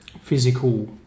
physical